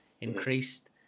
increased